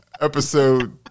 episode